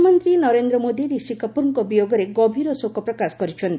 ପ୍ରଧାନମନ୍ତ୍ରୀ ନରେନ୍ଦ୍ର ମୋଦି ରିଷି କପୁରଙ୍କ ବିୟୋଗରେ ଗଭୀର ଶୋକପ୍ରକାଶ କରିଛନ୍ତି